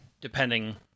Depending